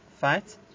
fight